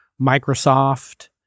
Microsoft